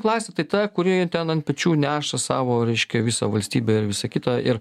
klasė tai ta kuri ten ant pečių neša savo reiškia visą valstybę ir visa kita ir